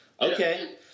okay